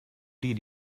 did